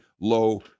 low